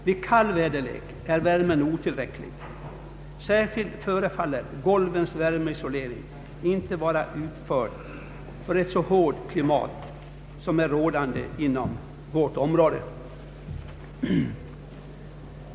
Vid kall väderlek är värmen otillräcklig, särskilt förefaller golvens värmeisolering inte vara utförd för ett så hårt klimat som är rådande inom vårt område.